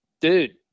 dude